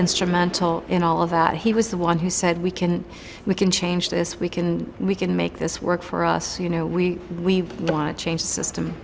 instrumental in all of that he was the one who said we can we can change this we can we can make this work for us you know we we want to change the system